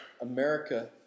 America